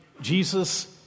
Jesus